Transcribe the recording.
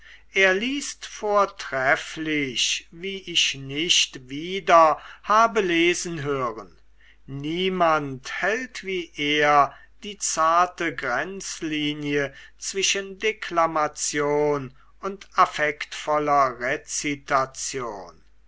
er liest vortrefflich wie ich nicht wieder habe lesen hören niemand hält wie er die zarte grenzlinie zwischen deklamation und affektvoller rezitation